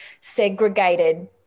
segregated